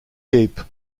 gap